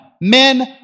men